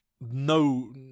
no